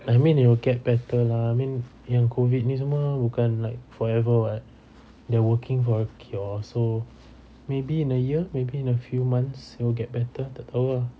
I mean it will get better lah I mean yang COVID ni semua bukan like forever [what] they're working for a cure so maybe in a year maybe in a few months it will get better tak tahu ah